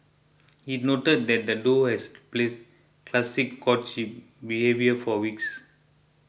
it noted that the duo has place classic courtship behaviour for weeks